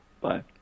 bye